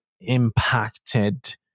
impacted